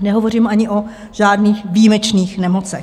Nehovořím ani o žádných výjimečných nemocech.